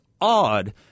odd—